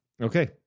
okay